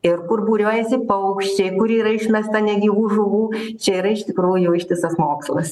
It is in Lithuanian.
ir kur būriuojasi paukščiai kur yra išmesta negyvų žuvų čia yra iš tikrųjų ištisas mokslas